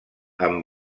amb